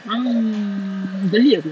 mm geli aku